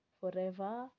forever